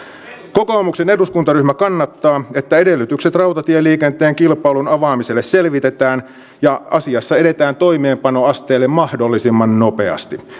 kokoomuksen eduskuntaryhmä kannattaa että edellytykset rautatieliikenteen kilpailun avaamiselle selvitetään ja asiassa edetään toimeenpanoasteelle mahdollisimman nopeasti